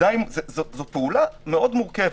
זו פעולה מאוד מורכבת.